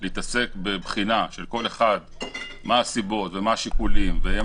להתעסק בבחינה של הסיבות והשיקולים של כל אחד,